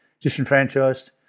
disenfranchised